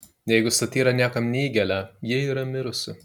jeigu satyra niekam neįgelia ji yra mirusi